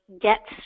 get